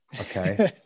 Okay